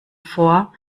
vor